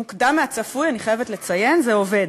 מוקדם מהצפוי, אני חייבת לציין, זה עובד,